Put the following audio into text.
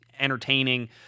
entertaining